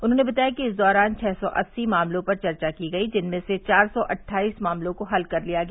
उन्होंने बताया कि इस दौरान छह सौ अस्सी मामलों पर चर्चा की गई जिनमें से चार सौ अट्ठाईस मामलों को हल कर लिया गया